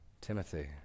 Timothy